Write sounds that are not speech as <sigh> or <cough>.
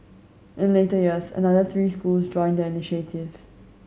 in later years another three schools joined the <unintelligible>